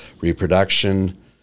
reproduction